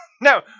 No